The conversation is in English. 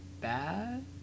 bad